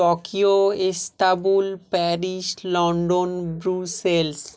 Tokyo Istanbul Paris London Brussels